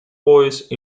voice